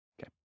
Okay